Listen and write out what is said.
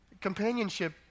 Companionship